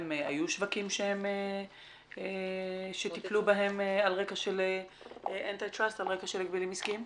היו שווקים שטיפלו בהן על רקע של הגבלים עסקיים?